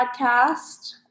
podcast